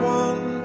one